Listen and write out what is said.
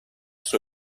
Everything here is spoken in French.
sur